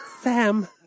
Sam